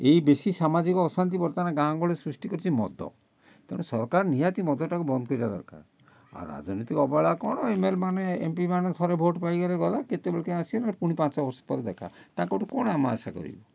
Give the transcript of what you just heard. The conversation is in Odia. ଏହି ବେଶି ସାମାଜିକ ଅଶାନ୍ତି ବର୍ତ୍ତମାନ ଗାଁ ଗହଳିରେ ସୃଷ୍ଟି କରିଛି ମଦ ତେଣୁ ସରକାର ନିହାତି ମଦଟାକୁ ବନ୍ଦ କରିବା ଦରକାର ଆଉ ରାଜନୀତିକ ଅବହେଳା କ'ଣ ଏ ଏମେଲେମାନେ ଏମ୍ପିମାନେ ଥରେ ଭୋଟ ପାଇଗଲେ ଗଲା କେତେବେଳେ କିଏ ଆସିବେ ନହେଲେ ପୁଣି ପାଞ୍ଚ ବର୍ଷ ପରେ ଦେଖା ତାଙ୍କଠୁ କ'ଣ ଆମେ ଆଶା କରିବୁ